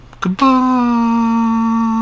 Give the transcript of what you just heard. Goodbye